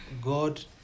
God